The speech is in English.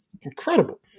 incredible